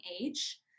age